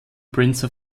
prince